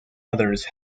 others